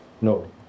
No